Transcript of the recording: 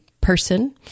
person